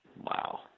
Wow